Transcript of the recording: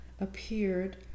appeared